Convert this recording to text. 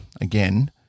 again